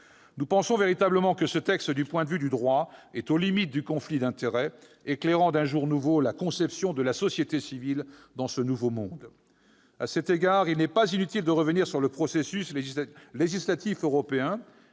Nous pensons véritablement que ce texte, du point de vue du droit, est aux limites du conflit d'intérêts, éclairant d'un jour nouveau la conception de la « société civile » dans ce « nouveau monde ». À cet égard, il n'est pas inutile de revenir sur le processus législatif européen